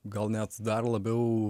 gal net dar labiau